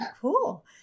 Cool